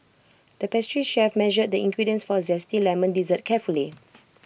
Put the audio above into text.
the pastry chef measured the ingredients for Zesty Lemon Dessert carefully